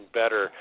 better